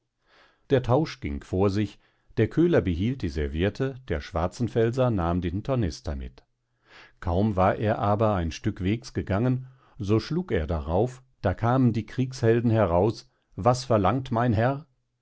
der tausch ging vor sich der köhler behielt die serviette der schwarzenfelser nahm den tornister mit kaum war er aber ein stück wegs gegangen so schlug er darauf da kamen die kriegshelden heraus was verlangt mein herr